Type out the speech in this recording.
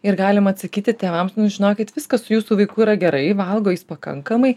ir galima atsakyti tėvams nu žinokit viskas su jūsų vaiku yra gerai valgo jis pakankamai